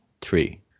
three